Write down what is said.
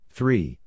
Three